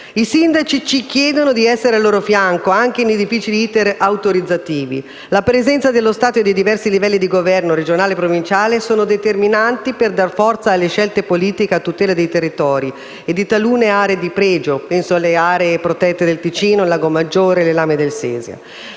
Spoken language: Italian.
I sindaci ci chiedono di essere al loro fianco anche nei difficili *iter* autorizzativi. La presenza dello Stato e dei diversi livelli di governo (regionale, provinciale) sono determinanti per dar forza alle scelte politiche a tutela dei territori e di talune aree di pregio (penso alle aree protette del Ticino, del lago Maggiore e delle Lame del Sesia).